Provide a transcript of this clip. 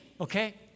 okay